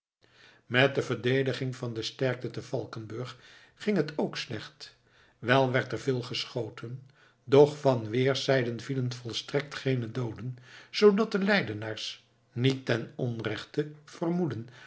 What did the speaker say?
met de verdediging van de sterkte te valkenburg ging het ook slecht wel werd er veel geschoten doch van weerszijden vielen volstrekt geene dooden zoodat de leidenaars niet ten onrechte vermoedden